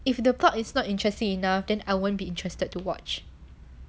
if the plot it's not interesting enough then I won't be interested to watch